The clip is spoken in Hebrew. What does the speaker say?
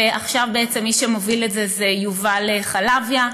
ועכשיו מי שמוביל את זה הוא יובל חלביה.